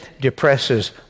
depresses